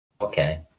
Okay